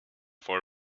for